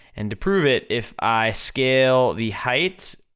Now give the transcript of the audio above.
and to prove it, if i scale the height,